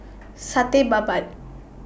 Satay Babat